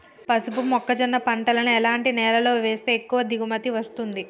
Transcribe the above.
పసుపు మొక్క జొన్న పంటలను ఎలాంటి నేలలో వేస్తే ఎక్కువ దిగుమతి వస్తుంది?